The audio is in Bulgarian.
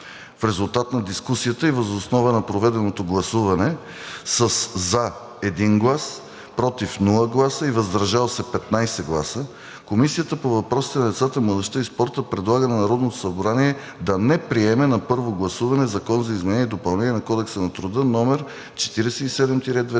В резултат на дискусията и въз основа на проведеното гласуване с 1 глас „за“ , без „против“ и 15 гласа „въздържал се“ Комисията по въпросите на децата, младежта и спорта предлага на Народното събрание да не приеме на първо гласуване Закон за изменение и допълнение на Кодекса на труда №